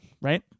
right